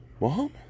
Mom